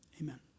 Amen